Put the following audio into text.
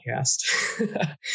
podcast